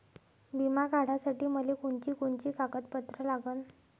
बिमा काढासाठी मले कोनची कोनची कागदपत्र लागन?